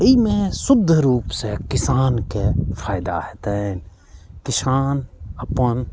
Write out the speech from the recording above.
एहिमे शुद्ध रूपसँ किसानके फायदा हेतैन किसान अपन